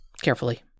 carefully